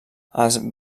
els